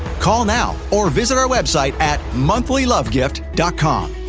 call now or visit our website at monthlylovegift com.